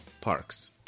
Parks